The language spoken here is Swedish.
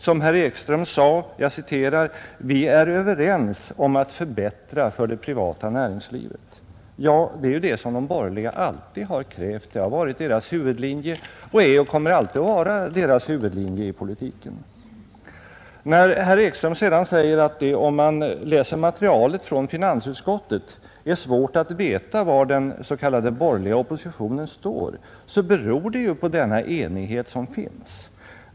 Som herr Ekström sade: ”Vi är överens om att förbättra för det privata näringslivet.” Ja, det är ju detta de borgerliga alltid har krävt — det har varit deras huvudlinje, det är och det kommer alltid att vara deras huvudlinje i politiken. Herr Ekström sade sedan att när man läser materialet från finansutskottet är det svårt att där se var den s.k. borgerliga oppositionen står. Det beror just på den enighet som finns.